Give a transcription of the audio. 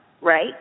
right